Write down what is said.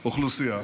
קריאה ראשונה.